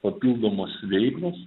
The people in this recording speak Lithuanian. papildomos veiklos